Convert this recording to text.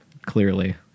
Clearly